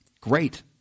great